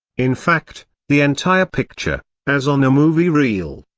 in fact, the entire picture, as on a movie reel,